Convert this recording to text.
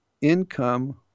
income